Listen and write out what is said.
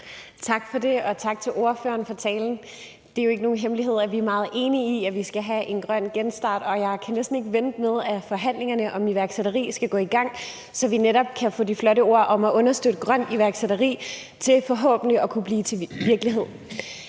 Tak for det, og tak til ordføreren for talen. Det er jo ikke nogen hemmelighed, at vi er meget enige i, at vi skal have en grøn genstart, og jeg kan næsten ikke vente til, at forhandlingerne om iværksætteri skal gå i gang, så vi netop kan få de flotte ord om at understøtte grøn iværksætteri til forhåbentlig at kunne blive til virkelighed.